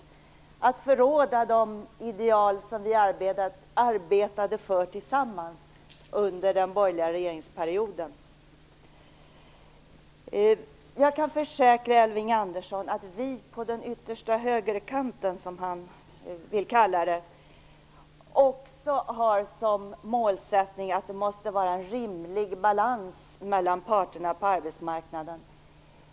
Man förråder de ideal som vi arbetade för tillsammans under den borgerliga regeringsperioden. Jag kan försäkra Elving Andersson att vi på den "yttersta högerkanten", som han vill kalla det, också har som målsättning att det måste finnas en rimlig balans mellan parterna på arbetsmarknaden.